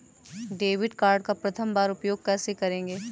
Debit card का प्रथम बार उपयोग कैसे करेंगे?